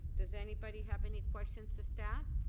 does anybody have any questions of staff?